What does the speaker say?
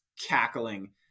cackling